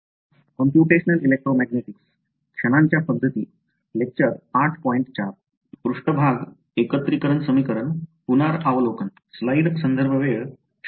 तर आपण या मॉड्यूलसह क्षणांच्या पध्दतीवर पुढे जाऊ आणि पुढच्या भागाकडे पाहूया जे पृष्ठांच्या अखंडित समीकरणावरील क्षणांची ही पद्धत लागू करणे